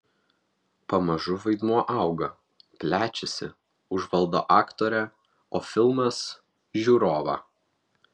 pamažu vaidmuo auga plečiasi užvaldo aktorę o filmas žiūrovą